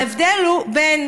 ההבדל הוא בין